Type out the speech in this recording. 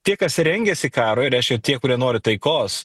tie kas rengiasi karui reiškia tie kurie nori taikos